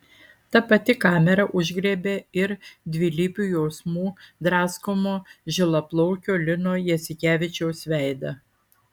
ta pati kamera užgriebė ir dvilypių jausmų draskomo žilaplaukio lino jasikevičiaus veidą